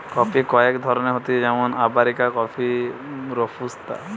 coffee কয়েক ধরণের হতিছে যেমন আরাবিকা কফি, রোবুস্তা